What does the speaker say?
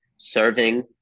Serving